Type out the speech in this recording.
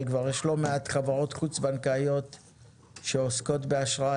אבל כבר יש לא מעט חברות חוץ בנקאיות שעוסקות באשראי